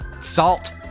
Salt